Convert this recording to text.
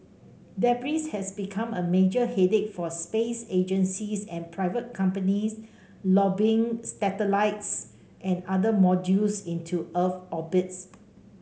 debris has become a major headache for space agencies and private companies lobbing satellites and other modules into Earth orbits